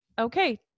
Okay